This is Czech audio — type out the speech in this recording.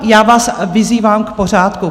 Já vás vyzývám k pořádku.